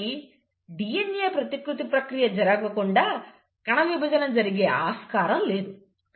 కాబట్టి DNA ప్రతికృతి replication ప్రక్రియ జరగకుండా కణవిభజన జరిగే ఆస్కారం లేదు